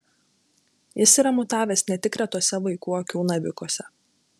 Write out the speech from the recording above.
jis yra mutavęs ne tik retuose vaikų akių navikuose